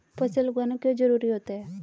फसल उगाना क्यों जरूरी होता है?